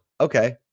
okay